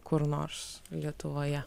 kur nors lietuvoje